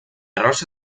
rosa